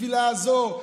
בשביל לעזור,